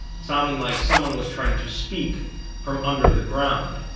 sounding like someone was trying to speak from under the ground.